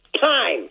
time